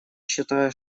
считаю